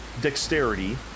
dexterity